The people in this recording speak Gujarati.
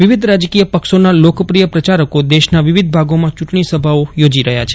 વિવિધ રાજકીય પક્ષોના લોકપ્રિય પ્રચારકો દેશના વિવિધ ભાગોમાં ચુંટણી સભાઓ યોજી રહયાં છે